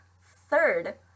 third